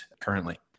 currently